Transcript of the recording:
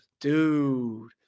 Dude